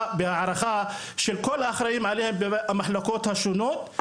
ובהערכה מטעם האחראים עליהם במחלקות השונות,